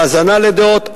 בהאזנה לדעות,